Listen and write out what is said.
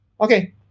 Okay